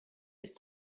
ist